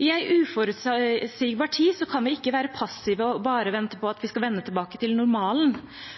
I en uforutsigbar tid kan vi ikke være passive og bare vente på at vi skal vende tilbake til normalen.